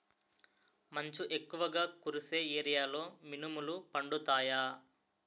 మంచు ఎక్కువుగా కురిసే ఏరియాలో మినుములు పండుతాయా?